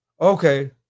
okay